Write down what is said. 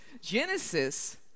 Genesis